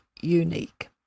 unique